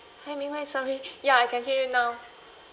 hi ming hui sorry ya I can hear you now